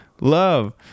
love